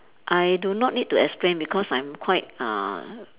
I do not need to explain because I'm quite uh